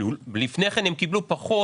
לפני כן הם קיבלו פחות.